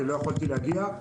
ולכן לא יכולתי להגיע.